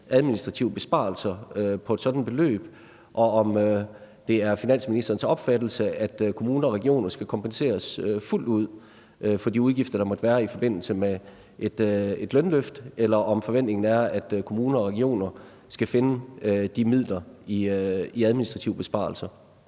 administrative besparelser på et sådant beløb, og om det er finansministerens opfattelse, at kommuner og regioner skal kompenseres fuldt ud for de udgifter, der måtte være i forbindelse med et lønløft. Eller om forventningen er, at kommuner og regioner skal finde de midler i administrative besparelser.